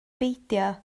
beidio